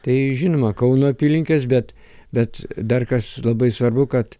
tai žinoma kauno apylinkės bet bet dar kas labai svarbu kad